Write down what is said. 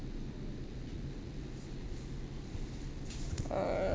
uh